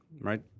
Right